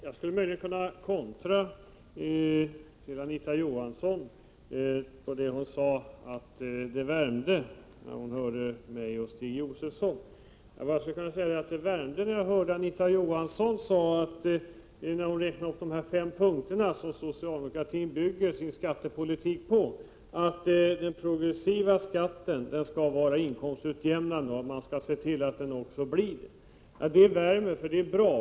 Fru talman! Anita Johansson sade att det värmde när hon hörde mig och Stig Josefson. Då skulle jag kunna säga att det värmde när jag hörde Anita Johansson räkna upp de fem punkter som socialdemokratin bygger sin skattepolitik på och säga att den progressiva skatten skall vara inkomstutjämnande och att man skall se till att den också blir det. Det är bra.